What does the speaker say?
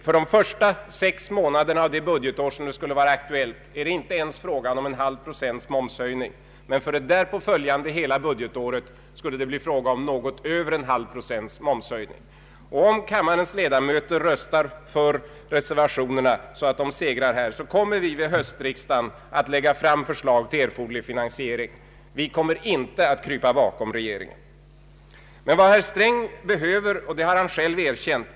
För de första sex månaderna av det budgetår som skulle vara aktuellt är det inte ens fråga om en halv procents momshöjning, men för det därpå följande hela budgetåret skulle det bli fråga om något över en halv procents momshöjning. Om kammarens ledamöter röstar för reservationerna, så att de segrar, kommer vi vid höstriksdagen att lägga fram förslag till erforderlig finansiering. Vi kommer inte att krypa bakom regeringen. Vad herr Sträng emellertid behöver är en plan framåt.